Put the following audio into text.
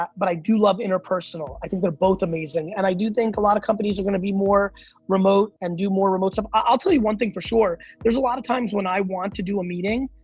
but but i do love interpersonal. i think they're both amazing. and i do think a lot of companies are gonna be more remote, and do more remote stuff. i'll tell you one thing for sure, there's a lot of times when i want to do a meeting,